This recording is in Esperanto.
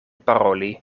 paroli